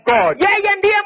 God